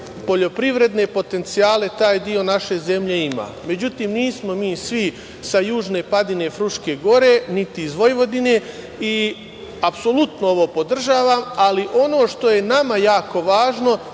poljoprivredne potencijale taj deo naše zemlje ima. Međutim, nismo mi svi sa južne padine Fruške gore, niti iz Vojvodine i apsolutno ovo podržavam, ali ono što je nama jako važno